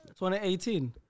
2018